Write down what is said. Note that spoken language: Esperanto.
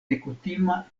nekutima